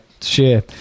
share